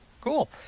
Cool